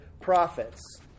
prophets